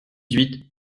huit